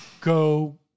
go